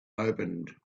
opened